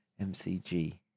MCG